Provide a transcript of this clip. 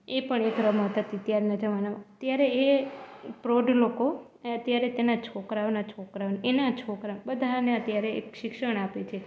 એ પણ એક રમત હતી ત્યારનાં જમાનામાં ત્યારે એ પ્રૌઢ લોકો ત્યારે તેનાં છોકરાઓનાં છોકરાને એનાં છોકરા બધાંને અત્યારે એક શિક્ષણ આપે છે